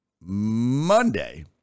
Monday